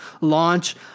launch